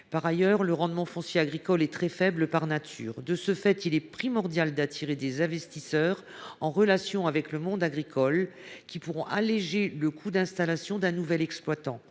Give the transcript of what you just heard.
Par ailleurs, son rendement est très faible par nature. De ce fait, il est primordial d’attirer des investisseurs en relation avec le monde agricole, qui pourront alléger le coût d’installation d’un nouvel exploitant.